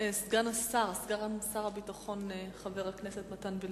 סגן שר הביטחון חבר הכנסת מתן וילנאי,